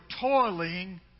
toiling